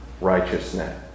righteousness